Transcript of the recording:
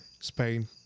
Spain